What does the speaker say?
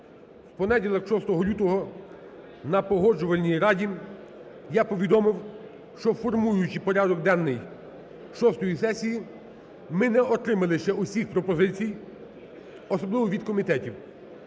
понеділок 6 лютого на Погоджувальній раді я повідомив, що, формуючи порядок денний шостої сесії, ми не отримали ще усіх пропозицій, особливо від комітетів.